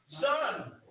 son